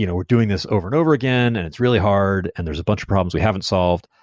you know we're doing this over and over again, and it's really hard, and there's a bunch problems we haven't solved.